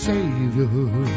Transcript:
Savior